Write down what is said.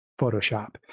photoshop